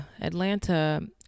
Atlanta